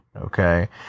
okay